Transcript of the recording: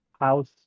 house